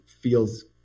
feels